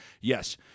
Yes